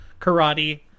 karate